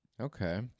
Okay